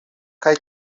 kaj